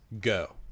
go